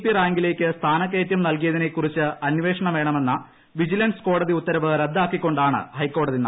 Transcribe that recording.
P റാങ്കിലേക്ക് സ്ഥാനകയറ്റം നൽകിയതിനെക്കുറിച്ച് അന്വേഷണം വേണമെന്ന വിജിലൻസ് കോടതി ഉത്തരവ് റദ്ദാക്കിക്കൊണ്ടാണ് ഹൈക്കോടതി നടപടി